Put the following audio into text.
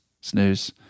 snooze